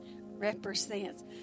represents